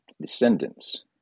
descendants